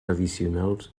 addicionals